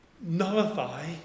nullify